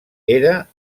era